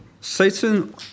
Satan